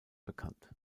bekannt